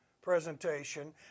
presentation